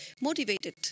motivated